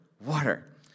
water